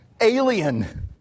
alien